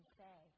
say